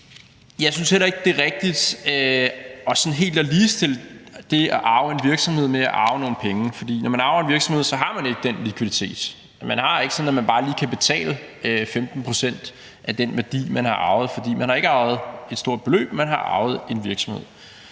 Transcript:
Jeg synes heller ikke, det er rigtigt helt at ligestille det at arve en virksomhed med at arve nogle penge, for når man arver en virksomhed, har man ikke den likviditet. Man har det ikke sådan, at man bare lige kan betale 15 pct. af den værdi, man har arvet, for man har ikke arvet et stort beløb, men en virksomhed.